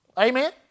Amen